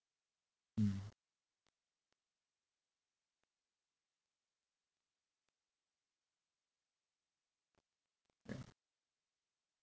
mm ya